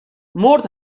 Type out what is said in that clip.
مرد